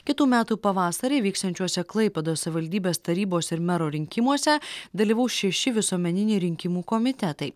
kitų metų pavasarį vyksiančiuose klaipėdos savivaldybės tarybos ir mero rinkimuose dalyvaus šeši visuomeniniai rinkimų komitetai